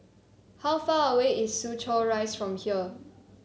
how far away is Soo Chow Rise from here